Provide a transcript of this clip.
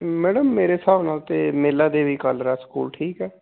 madam ਮੇਰੇ ਹਿਸਾਬ ਨਾਲ ਤਾਂ ਮੇਲਾ ਦੇਵੀ ਕਾਲਰਾ ਸਕੂਲ ਠੀਕ ਹੈ